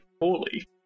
poorly